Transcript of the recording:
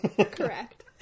Correct